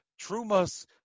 Trumas